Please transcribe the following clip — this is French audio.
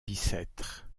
bicêtre